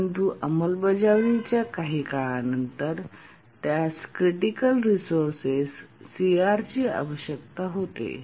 परंतु अंमलबजावणी च्या काही काळा नंतर त्यास क्रिटिकल रिसोर्सेस CR आवश्यक होते